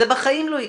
זה בחיים לא יקרה.